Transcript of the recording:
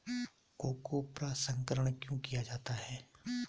Cocoa प्रसंस्करण क्यों किया जाता है?